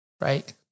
right